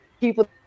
people